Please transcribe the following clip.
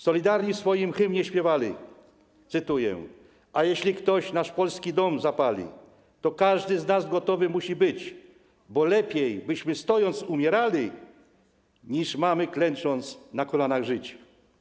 Solidarni w swoim hymnie śpiewali, cytuję: a jeśli ktoś nasz polski dom zapali, to każdy z nas gotowy musi być, bo lepiej, byśmy, stojąc, umierali niż mamy, klęcząc, na kolanach żyć.